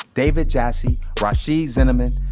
david jassy, rhashiyd zinnamon,